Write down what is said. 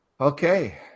Okay